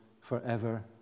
forever